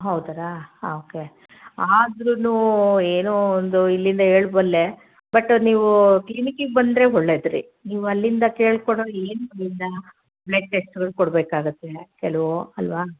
ಹೌದ್ರಾ ಹಾಂ ಓಕೆ ಆದರೂ ಏನೋ ಒಂದು ಇಲ್ಲಿಂದ ಹೇಳಬಲ್ಲೆ ಬಟ್ ನೀವು ಕ್ಲಿನಿಕಿಗೆ ಬಂದರೆ ಒಳ್ಳೆದ್ರಿ ನೀವು ಅಲ್ಲಿಂದ ಕೇಳ್ಕೊಳೋರು ಏನು ಬ್ಲಡ್ ಟೆಸ್ಟ್ಗಳು ಕೊಡಬೇಕಾಗತ್ತೆ ಕೆಲವು ಅಲ್ವಾ